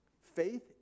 faith